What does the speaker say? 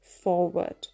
forward